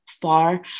far